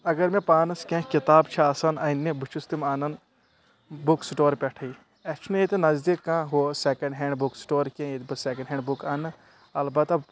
اگر مے پانس کینٛہہ کِتاب چھِ آسان اننہِ بہٕ چھُس تِم انان بُک سٹور پٮ۪ٹھٕے اسہِ چھُنہٕ یتٮ۪ن نزدیک کانٛہہ ہُہ سیکنڈ ہینڈ بُک سٹور کینٛہہ یتہِ بہٕ سیکنٛڈ ہینڈ بُکہٕ انہٕ البتہ